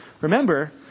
Remember